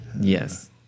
Yes